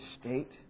state